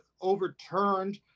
overturned